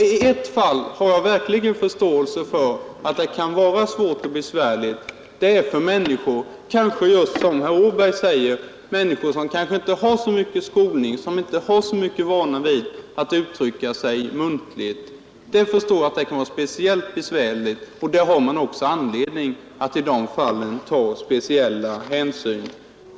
I ett fall har jag verkligen förståelse för att det kan vara svårt och besvärligt och det är — som herr Åberg påpekar — för människor som kanske inte har så mycket skolning och inte så stor vana att uttrycka sig muntligt. Då förstår jag att det kan vara speciellt besvärligt, och i de fallen har man också anledning att ta särskilda hänsyn.